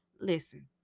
Listen